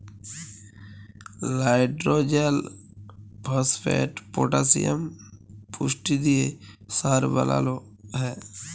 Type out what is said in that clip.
লাইট্রজেল, phosphate, potassium পুষ্টি দিঁয়ে সার বালাল হ্যয়